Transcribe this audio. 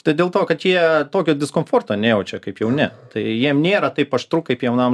tai dėl to kad jie tokio diskomforto nejaučia kaip jauni tai jiem nėra taip aštru kaip jaunam